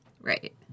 Right